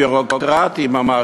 ביורוקרטיה ממש,